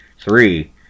three